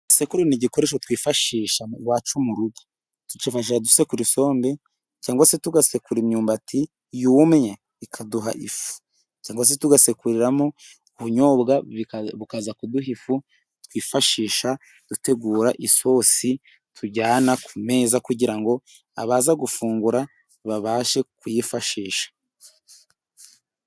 Isekuru ni igikoresho twifashisha iwacu mu rugo tucifashisha dusekura isombe cyangwa se tugasekura imyumbati yumye, ikaduha ifu ndetse tugasekuriramo ubunyobwa, bukaza kuduha ifu twifashisha dutegura isosi tujyana ku meza, kugira ngo abaza gufungura babashe kuyifashisha.